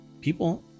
People